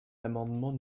l’amendement